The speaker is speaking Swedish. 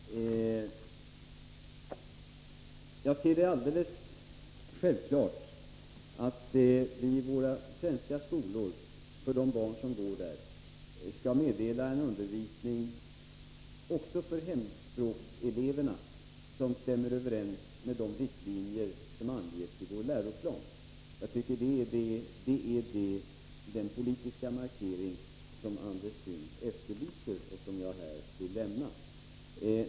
Herr talman! Jag ser det som alldeles självklart att vi i våra svenska skolor skall meddela en undervisning, också för hemspråkseleverna, som stämmer överens med de riktlinjer som anges i vår läroplan. Jag tycker det är den politiska markering som Andres Käng efterlyser och som jag här vill göra.